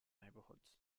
neighborhoods